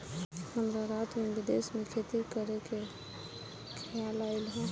हमरा रात में विदेश में खेती करे के खेआल आइल ह